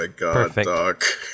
perfect